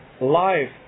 Life